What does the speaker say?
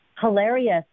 Hilarious